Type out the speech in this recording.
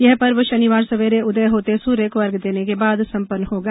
यह पर्व शनिवार सवेरे उदय होते सूर्य को अर्ध्य देने के बाद संपन्न होगा